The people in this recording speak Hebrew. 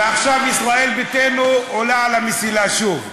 ועכשיו ישראל ביתנו עולה על המסילה שוב.